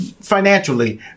financially